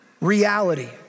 reality